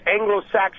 Anglo-Saxon